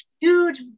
huge